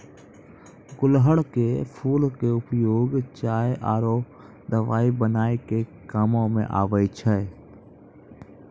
गुड़हल के फूल के उपयोग चाय आरो दवाई बनाय के कामों म आबै छै